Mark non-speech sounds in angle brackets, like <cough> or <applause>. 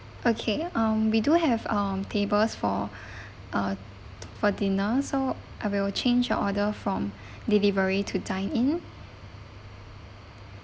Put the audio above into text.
okay um we do have um tables for <breath> uh for dinner so I will change your order from delivery to dine in